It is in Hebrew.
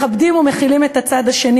מכבדים ומכילים את הצד השני,